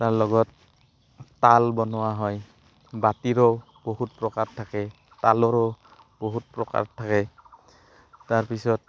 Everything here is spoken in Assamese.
তাৰ লগত তাল বনোৱা হয় বাতিৰো বহুত প্ৰকাৰ থাকে তালৰো বহুত প্ৰকাৰ থাকে তাৰপিছত